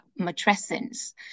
matrescence